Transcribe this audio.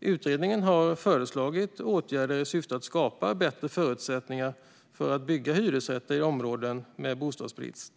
Utredningen har föreslagit åtgärder i syfte att skapa bättre förutsättningar för att bygga hyresrätter i områden med bostadsbrist.